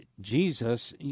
Jesus